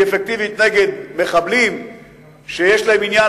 היא אפקטיבית נגד מחבלים שיש להם עניין